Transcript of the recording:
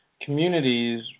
communities